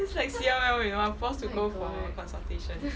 this like C_L_L you know I'm forced to go for consultation